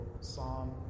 psalm